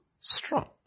strong